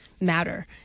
matter